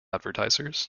advertisers